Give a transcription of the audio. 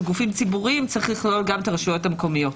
גופים ציבוריים צריך לכלול גם את הרשויות המקומיות.